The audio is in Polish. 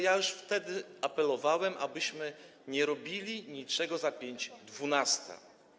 Już wtedy apelowałem, żebyśmy nie robili niczego za pięć dwunasta.